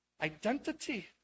identity